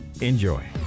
Enjoy